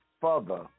further